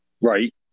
right